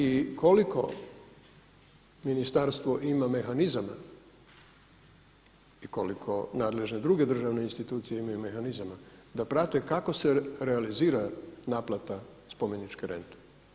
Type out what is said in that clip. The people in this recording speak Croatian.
I koliko ministarstvo ima mehanizama i koliko nadležne druge državne institucije imaju mehanizama da prave kako se realizira naplata spomeničke rente.